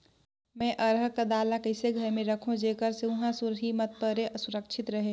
मैं अरहर कर दाल ला कइसे घर मे रखों जेकर से हुंआ सुरही मत परे सुरक्षित रहे?